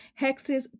hexes